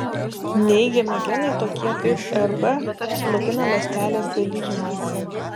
neigiami genai tokie kaip rb slopina ląstelės dalijimąsi